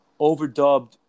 overdubbed